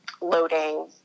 loading